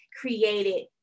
created